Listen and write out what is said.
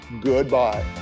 goodbye